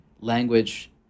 language